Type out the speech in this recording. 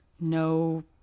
no